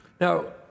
Now